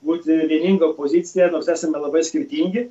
būti vieninga opozicija nors esame labai skirtingi